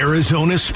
Arizona